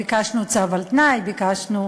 ביקשנו צו על תנאי, ביקשנו